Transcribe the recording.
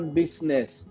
business